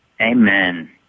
Amen